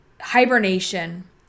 Hibernation